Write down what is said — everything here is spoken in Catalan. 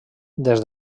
des